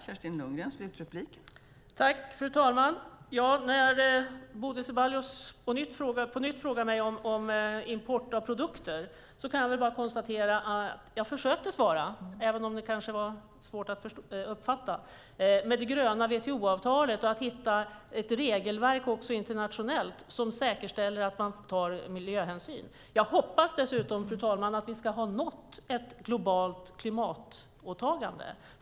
Fru talman! Bodil Ceballos frågar på nytt om import av produkter. Jag försökte svara på den frågan även om det kanske var svårt att uppfatta. Jag pratade om det gröna WTO-avtalet och om att hitta ett internationellt regelverk som säkerställer att man tar miljöhänsyn. Jag hoppas dessutom att vi ska nå ett globalt klimatåtagande.